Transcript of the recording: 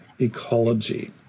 ecology